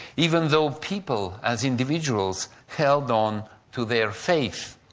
even though people, as individuals, held on to their faith.